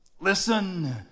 Listen